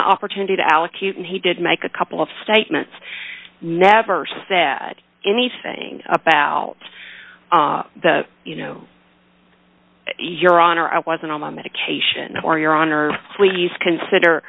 the opportunity to allocute and he did make a couple of statements never said anything about the you know your honor i wasn't on my medication or your honor please consider